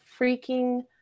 freaking